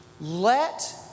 Let